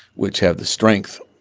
which have the strength